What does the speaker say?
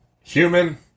human